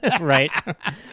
Right